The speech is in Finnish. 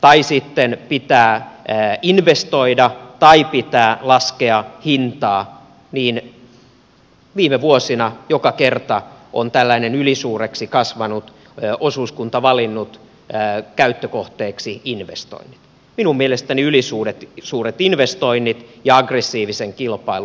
tai sitten pitää investoida tai pitää laskea hintaa niin viime vuosina joka kerta on tällainen ylisuureksi kasvanut osuuskunta valinnut käyttökohteeksi investoinnit minun mielestäni ylisuuret investoinnit ja aggressiivisen kilpailun